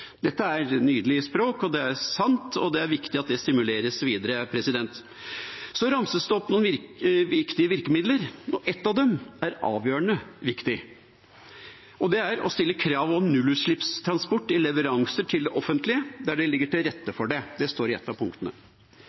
Dette er nydelig språk, det er sant, og det er viktig at det stimuleres videre. Så ramses det opp noen viktige virkemidler. Ett av dem er avgjørende viktig, og det er å stille krav om nullutslippstransport i leveranser til det offentlige, der det ligger til rette for det. Det står i et av punktene.